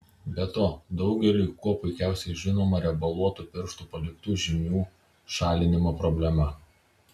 be to daugeliui kuo puikiausiai žinoma riebaluotų pirštų paliktų žymių šalinimo problema